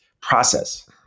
process